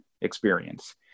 experience